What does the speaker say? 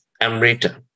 Amrita